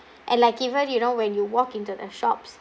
and like even you know when you walk into the shops